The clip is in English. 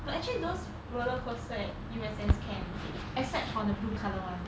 but actually those roller coaster at U_S_S can accept for the blue colour [one]